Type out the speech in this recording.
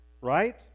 right